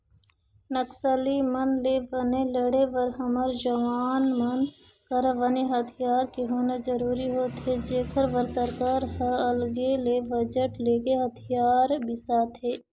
नक्सली मन ले बने लड़े बर हमर जवान मन करा बने हथियार के होना जरुरी होथे जेखर बर सरकार ह अलगे ले बजट लेके हथियार बिसाथे